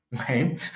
okay